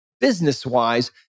business-wise